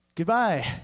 Goodbye